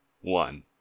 one